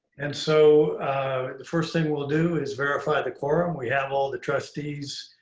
and so the first thing we'll do is verify the quorum. we have all the trustees